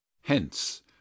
Hence